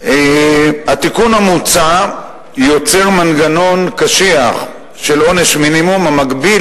התיקון המוצע יוצר מנגנון קשיח של עונש מינימום המגביל